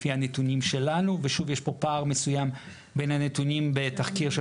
לפי הנתונים שלנו יש פה פער מסוים בין הנתונים בתחקיר של